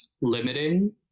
limiting